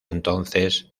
entonces